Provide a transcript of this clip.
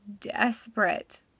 desperate